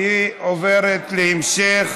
והיא עוברת להמשך